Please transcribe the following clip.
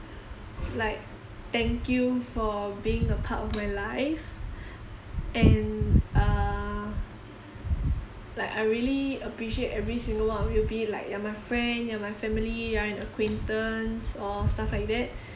like thank you for being a part of my life and uh like I really appreciate every single one of you be it like you're my friend you're my family you are an acquaintance or stuff like that